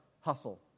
hustle